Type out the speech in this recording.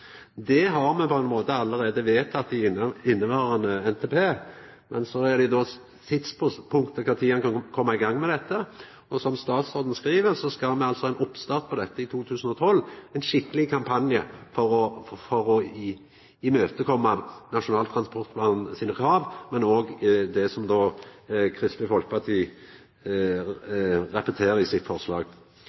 Det har me på mange måtar allereie vedteke i inneverande NTP, men så er det då tidspunktet for når ein kan koma i gang med dette. Som statsråden skriv, skal me ha ein oppstart på dette i 2012, ein skikkeleg kampanje for å imøtekoma Nasjonal transportplan sine krav, men òg det som Kristeleg Folkeparti repeterer i sitt forslag.